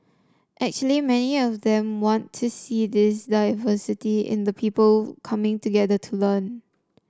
actually many of them want to see this diversity in the people coming together to learn